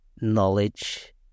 Knowledge